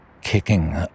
kicking